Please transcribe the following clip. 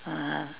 (uh huh)